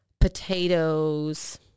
potatoes